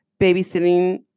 babysitting